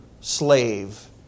slave